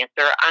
answer